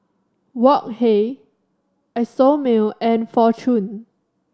Wok Hey Isomil and Fortune